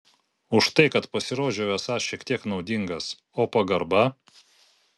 už tai kad pasirodžiau esąs šiek tiek naudingas o pagarba